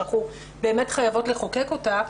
שאנחנו חייבים לחוקק אותה,